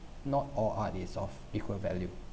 not all art is of equal value